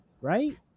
Right